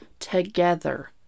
together